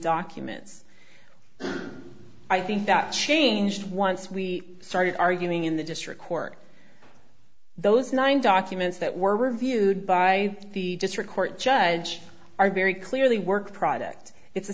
documents i think that changed once we started arguing in the district court those nine documents that were reviewed by the district court judge are very clearly work product it's a